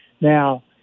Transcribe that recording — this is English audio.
Now